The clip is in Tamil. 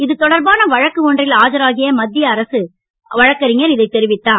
இது தொடர்பான வழக்கு ஒன்றில் ஆஜராகிய மத்திய அரசு வழக்கறிஞர் இதைத் தெரிவித்தார்